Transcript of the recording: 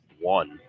one